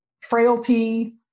frailty